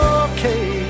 okay